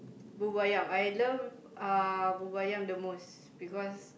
bubur-ayam I love uh bubur-ayam the most because